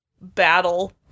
battle